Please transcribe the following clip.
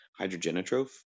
hydrogenotroph